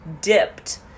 dipped